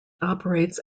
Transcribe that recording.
operates